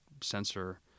sensor